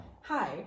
hi